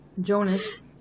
Jonas